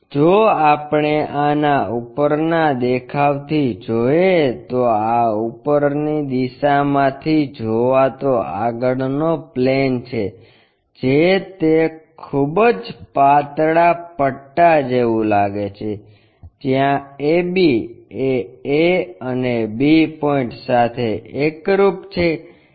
જો આપણે આના ઉપરના દેખાવથી જોઈએ તો આ ઉપરની દિશામાંથી જોવાતો આગળનો પ્લેન છે જે તે ખૂબ પાતળા પટ્ટા જેવું લાગે છે જ્યાં a b એ a અને b પોઇન્ટ સાથે એકરુપ છે